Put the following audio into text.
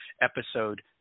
episode